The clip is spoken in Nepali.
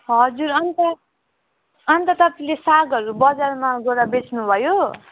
हजुर अन्त अन्त तपाईँले सागहरू बजारमा गएर बेच्नु भयो